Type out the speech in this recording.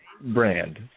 brand